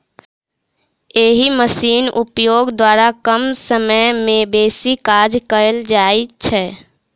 एहि मशीनक उपयोग द्वारा कम समय मे बेसी काज कयल जाइत छै